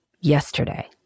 yesterday